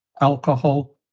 Alcohol